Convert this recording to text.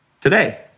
today